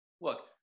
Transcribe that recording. Look